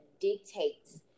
dictates